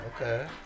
Okay